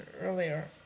earlier